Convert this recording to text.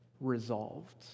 resolved